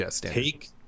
Take